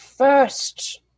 First